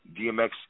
DMX